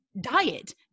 diet